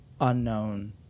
unknown